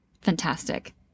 Fantastic